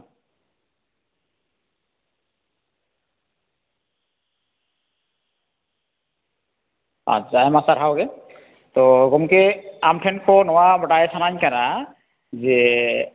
ᱟᱪᱪᱷᱟ ᱟᱭᱢᱟ ᱥᱟᱨᱦᱟᱣ ᱜᱮ ᱛᱚ ᱜᱚᱢᱠᱮ ᱟᱢ ᱴᱷᱮᱱ ᱠᱷᱚᱱ ᱱᱚᱣᱟ ᱵᱟᱰᱟᱭ ᱥᱟᱱᱟᱧ ᱠᱟᱱᱟ ᱡᱮ